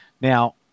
Now